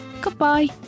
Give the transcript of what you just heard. goodbye